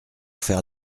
faire